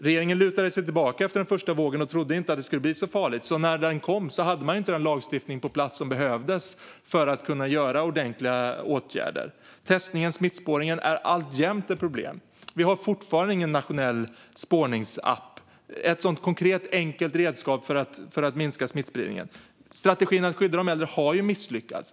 Regeringen lutade sig tillbaka efter den första vågen och trodde inte att det skulle bli så farligt, så när den andra vågen kom hade man inte den lagstiftning på plats som behövdes för att kunna vidta ordentliga åtgärder. Testningen och smittspårningen är alltjämt ett problem. Vi har fortfarande inte ett sådant konkret och enkelt redskap för att minska smittspridningen som en nationell spårningsapp. Strategin att skydda de äldre har misslyckats.